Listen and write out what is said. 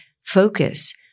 focus